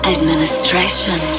Administration